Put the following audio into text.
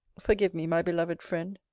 forgive me, my beloved friend.